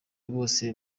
bose